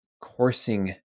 coursing